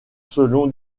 selon